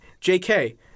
Jk